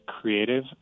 creative